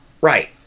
Right